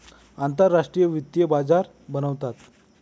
आंतरराष्ट्रीय वित्तीय बाजार बनवतात